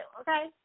okay